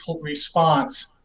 response